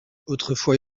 autrefois